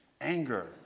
anger